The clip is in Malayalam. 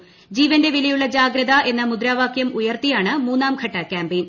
ജീവന്റെ വിലയുള്ള ജാഗ്രത എന്ന മുദാവാകൃം ഉയർത്തിയാണ് മൂന്നാംഘട്ട കൃാമ്പയിൻ